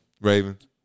Ravens